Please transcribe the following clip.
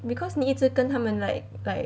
because 你一直跟他们 like like